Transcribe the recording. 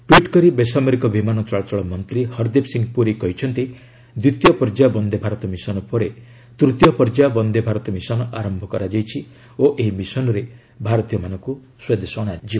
tweet କରି ବେସାମରିକ ବିମାନ ଚଳାଚଳ ମନ୍ତ୍ରୀ ହରଦୀପ ସିଂ ପୁରୀ କହିଛନ୍ତି ଦ୍ୱିତୀୟ ପର୍ଯ୍ୟାୟ ବନ୍ଦେ ଭାରତ ମିଶନ ପରେ ତୂତୀୟ ପର୍ଯ୍ୟାୟ ବନ୍ଦେ ଭାରତ ମିଶନ ଆରମ୍ଭ ହୋଇଛି ଓ ଏହି ମିଶନରେ ଭାରତୀୟମାନଙ୍କୁ ସ୍ୱଦେଶ ଅଣାଯିବ